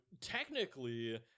technically